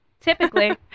Typically